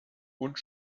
und